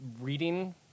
reading